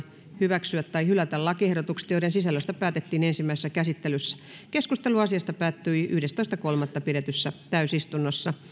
hyväksyä tai hylätä lakiehdotukset joiden sisällöstä päätettiin ensimmäisessä käsittelyssä keskustelu asiasta päättyi yhdestoista kolmatta kaksituhattayhdeksäntoista pidetyssä täysistunnossa